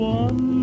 one